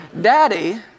Daddy